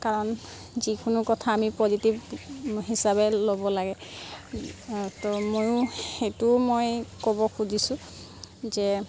কাৰণ যিকোনো কথা আমি পজিটিভ হিচাপে ল'ব লাগে ত' মইও সেইটো মই ক'ব খুজিছো যে